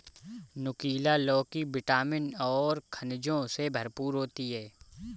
नुकीला लौकी विटामिन और खनिजों से भरपूर होती है